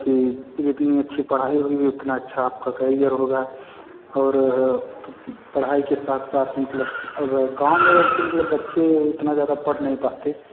कि जितनी अच्छी पढ़ाई होगी उतना अच्छा आपका करियर होगा और पढ़ाई के साथ साथ मतलब अगर गाँव में रहकर मतलब बच्चे उतना ज़्यादा पढ़ नहीं पाते